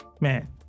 man